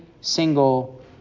single